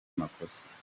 makosa